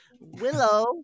Willow